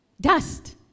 dust